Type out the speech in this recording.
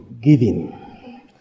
Giving